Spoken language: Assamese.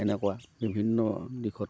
এনেকুৱা বিভিন্ন দিশত